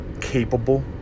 capable